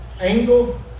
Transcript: angle